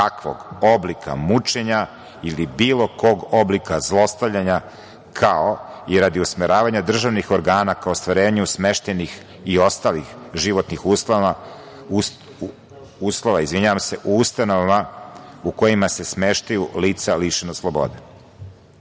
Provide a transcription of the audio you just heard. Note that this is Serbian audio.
kakvog oblika mučenja ili bilo kog oblika zlostavljanja, kao i radi usmeravanja državnih organa ka ostvarenju smeštajnih i ostalih životnih uslova u ustanovama u kojima se smeštaju lica lišena